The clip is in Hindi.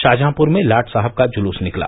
शाहजहांपुर में लाट साहब का जुलूस निकला